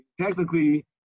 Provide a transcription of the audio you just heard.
technically